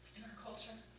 culture?